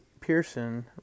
Pearson